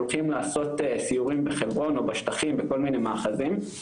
הולכים לעשות סיורים בחברון או בשטחים בכל מיני מאחזים,